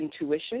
intuition